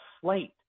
slate